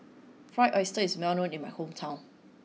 Fried Oyster is well known in my hometown